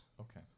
Okay